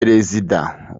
perezida